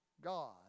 God